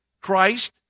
Christ